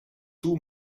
two